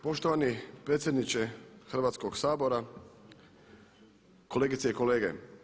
Poštovani predsjedniče Hrvatskog sabora, kolegice i kolege.